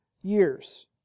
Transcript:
years